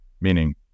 meaning